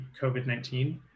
COVID-19